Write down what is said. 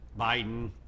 Biden